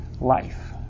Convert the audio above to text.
life